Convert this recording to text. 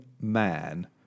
man